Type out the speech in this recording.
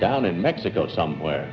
down in mexico somewhere